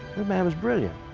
the man was brilliant.